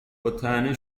باطعنه